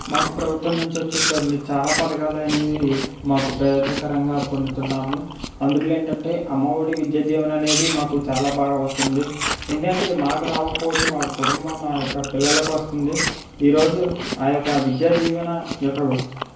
మాకు ప్రభుత్వం నుంచి వచ్చేసరికి చాలా పథకాలు అనేవి మాకు ప్రయోజకరంగా పొందుతున్నాము అందుట్లో ఏంటంటే అమ్మ ఒడి విద్య దీవెన అనేది మాకు చాలా బాగా వస్తుంది ఏంటంటే ఇది మాకు రాకపోవచ్చు మా కుటుంబం మా యొక్క పిల్లలకు వస్తుంది ఈరోజు ఆ యొక్క విద్యా దీవెన యొక్క